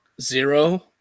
zero